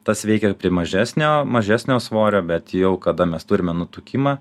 tas veikia prie mažesnio mažesnio svorio bet jau kada mes turime nutukimą